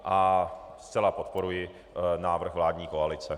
A zcela podporuji návrh vládní koalice.